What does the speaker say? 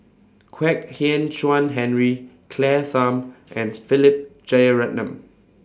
Kwek Hian Chuan Henry Claire Tham and Philip Jeyaretnam